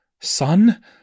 Son